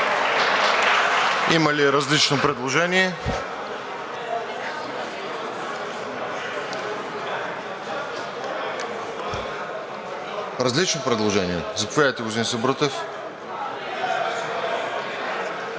Има ли различно предложение? Различно предложение ли? Заповядайте, господин Сабрутев.